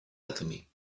alchemy